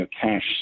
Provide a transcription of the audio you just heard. cash